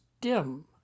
dim